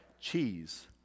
cheese